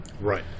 Right